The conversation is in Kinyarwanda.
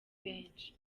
benshi